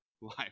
life